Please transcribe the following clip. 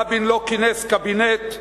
רבין לא כינס קבינט.